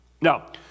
Now